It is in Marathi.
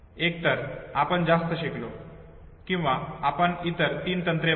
एकतर आपण जास्त शिकलो किंवा आपण इतर तीन तंत्रे वापरली